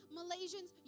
Malaysians